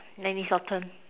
then is your turn